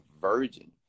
virgin